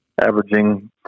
averaging